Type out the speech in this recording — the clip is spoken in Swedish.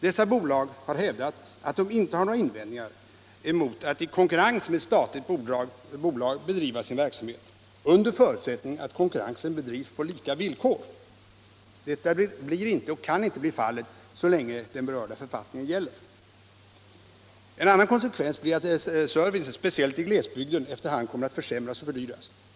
Dessa bolag har hävdat att de inte har några invändningar emot att i konkurrens med ett statligt bolag bedriva sin verksamhet under förutsättning att konkurrensen bedrivs på lika villkor. Detta blir inte och kan inte bli fallet så länge den berörda författningen gäller. En annan konsekvens blir att servicen, speciellt i glesbygden, efter hand kommer att försämras och fördyras.